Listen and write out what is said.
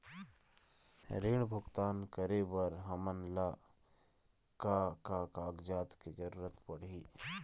ऋण भुगतान करे बर हमन ला का का कागजात के जरूरत पड़ही?